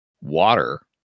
water